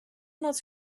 not